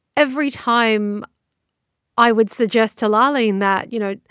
every time i would suggest to laaleen that, you know,